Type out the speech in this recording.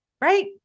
right